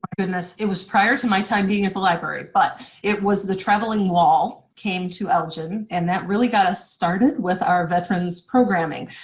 um goodness, it was prior to my time being at the library, but it was the traveling wall came to elgin and that really got us started with our veterans programing.